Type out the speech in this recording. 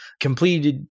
completed